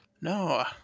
No